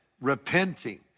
repenting